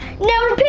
no,